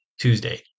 Tuesday